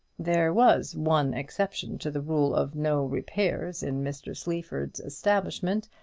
there was one exception to the rule of no repairs in mr. sleaford's establishment,